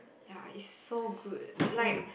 ya is so good like